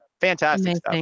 fantastic